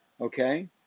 okay